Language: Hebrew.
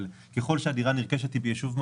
אבל ככל שהדירה הנרכשת היא ביישוב מעורב,